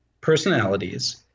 personalities